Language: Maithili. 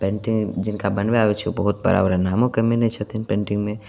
आओर पेन्टिंग जिनका बनबय आबय छै ओ बहुत बड़ा बड़ा नामो कमेने छथिन पेन्टिंगमे